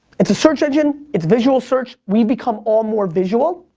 it's a search engine, it's visual search. we've become all more visual.